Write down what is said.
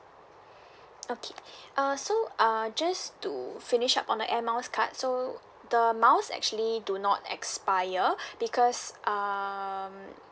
okay uh so uh just to finish up on the air miles card so the miles actually do not expire because um